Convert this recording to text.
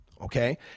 Okay